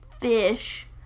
fish